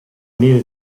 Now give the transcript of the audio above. need